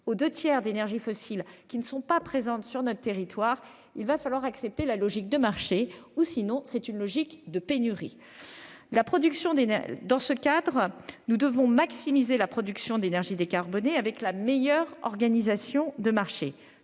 aux deux tiers d'énergies fossiles qui ne sont pas présentes sur notre territoire, il faut accepter une logique de marché, l'alternative étant une logique de pénurie. Dans ce cadre, nous devons maximiser cette production décarbonée avec une meilleure organisation de marché,